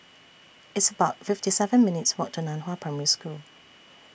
It's about fifty seven minutes' Walk to NAN Hua Primary School